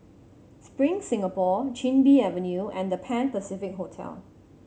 Spring Singapore Chin Bee Avenue and The Pan Pacific Hotel